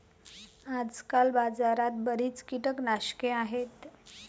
आजकाल बाजारात बरीच कीटकनाशके आहेत